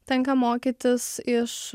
tenka mokytis iš